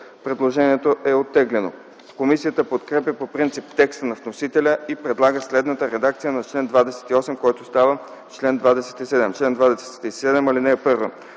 Предложението е оттеглено. Комисията подкрепя по принцип текста на вносителя и предлага следната редакция на чл. 29, който става чл. 28: „Чл. 28. Избраният доцент